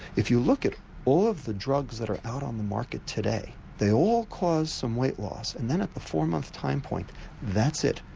if you look at all of the drugs that are out on the market today, they all cause some weight loss and then at the four month time point that's it,